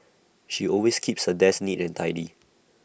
she always keeps her desk neat and tidy